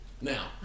Now